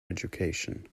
education